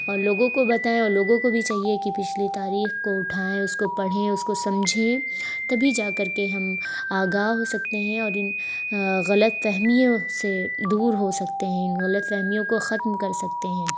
اور لوگوں کو بتائیں اور لوگوں کو بھی چاہیے کہ پچھلی تاریخ کو اٹھائیں اس کوپڑھیں اس کو سمجھیں تبھی جا کر کے ہم آگاہ ہو سکتے ہیں اور ان غلط فہمیوں سے دور ہو سکتے ہیں ان غلط فہمیوں کو ختم کر سکتے ہیں